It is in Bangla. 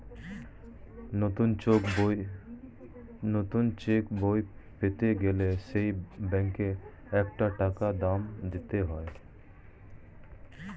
নতুন চেক বই পেতে গেলে সেই ব্যাংকে একটা টাকা দাম দিতে হয়